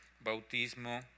bautismo